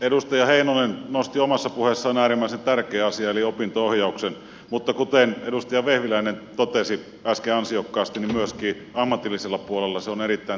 edustaja heinonen nosti omassa puheessaan esille äärimmäisen tärkeän asian eli opinto ohjauksen mutta kuten edustaja vehviläinen totesi äsken ansiokkaasti niin myöskin ammatillisella puolella se on erittäin tärkeätä